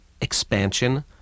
expansion